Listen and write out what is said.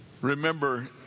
Remember